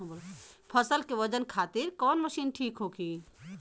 फसल के वजन खातिर कवन मशीन ठीक होखि?